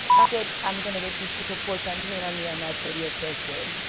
um ck it i'm gonna let these people pour champagne on me on my thirtieth birthday.